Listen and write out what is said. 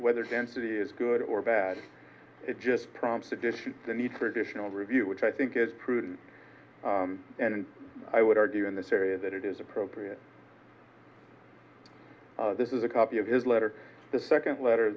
whether density is good or bad it just prompts addition the need for additional review which i think is prudent and i would argue in this area that it is appropriate this is a copy of his letter the second letter